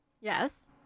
Yes